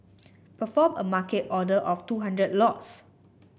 perform a Market order of two hundred lots